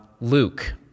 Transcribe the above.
luke